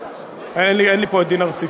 אין לי פה דין רציפות.